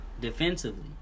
defensively